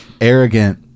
arrogant